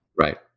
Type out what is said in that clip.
Right